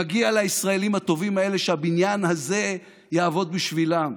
מגיע לישראלים הטובים האלה שהבניין הזה יעבוד בשבילם.